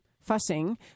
fussing